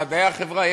במדעי החברה,